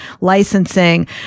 licensing